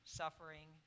suffering